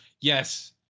yes